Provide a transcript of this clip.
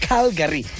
Calgary